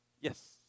Yes